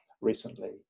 recently